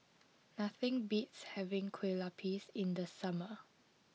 nothing beats having Kueh Lopes in the summer